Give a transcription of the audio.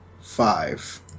five